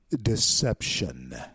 deception